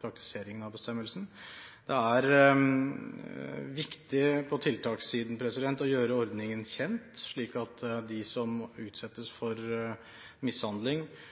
praktiseringen av bestemmelsen. Det er viktig på tiltakssiden å gjøre ordningen kjent, slik at de som utsettes for mishandling,